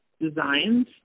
designs